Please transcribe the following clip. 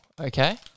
okay